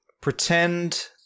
pretend